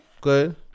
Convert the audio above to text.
Good